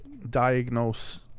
Diagnose